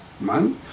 man